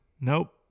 Nope